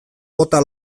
bota